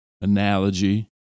analogy